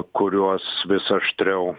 kuriuos vis aštriau